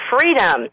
freedom